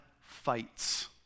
fights